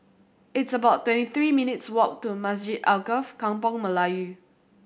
it's about twenty three minutes' walk to Masjid Alkaff Kampung Melayu